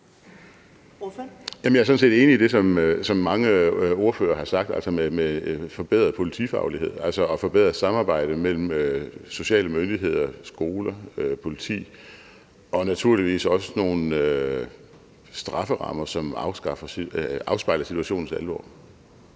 Jeg er sådan set enig i det, som mange ordførere har sagt, nemlig om forbedret politifaglighed og forbedret samarbejde mellem sociale myndigheder, skoler og politi – og naturligvis også nogle strafferammer, som afspejler situationens alvor.